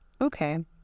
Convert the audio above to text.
Okay